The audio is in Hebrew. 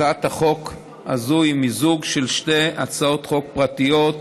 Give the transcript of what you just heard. הצעת החוק הזאת היא מיזוג של שתי הצעות חוק פרטיות,